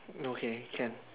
okay can